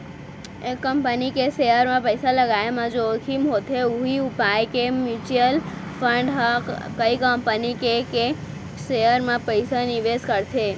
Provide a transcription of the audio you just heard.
एक कंपनी के सेयर म पइसा लगाय म जोखिम होथे उही पाय के म्युचुअल फंड ह कई कंपनी के के सेयर म पइसा निवेस करथे